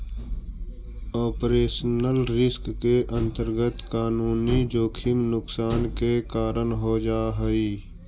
operational risk के अंतर्गत कानूनी जोखिम नुकसान के कारण हो जा हई